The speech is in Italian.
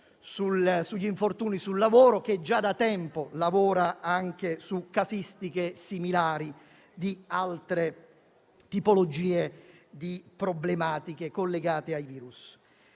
infortuni sul lavoro), che da tempo lavora su casistiche similari per altre tipologie di problematiche collegate ai virus.